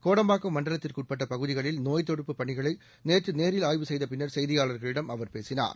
கோடம்பாக்கம் மண்டலத்திற்குட்பட்ட பகுதிகளில் நோய்த் தடுப்புப் பணிகளை நேற்று நேரில் ஆய்வு செய்த பின்னர் செய்தியாளர்களிடம் அவர் பேசினார்